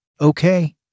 Okay